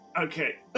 Okay